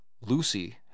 Lucy